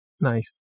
Nice